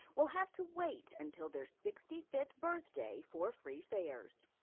will have to wait until they're sixty fifth birthday for free fares.